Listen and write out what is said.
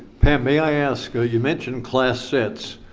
pam, may i ask, ah you mentioned class sets.